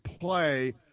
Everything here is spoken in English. play